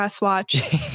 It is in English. watch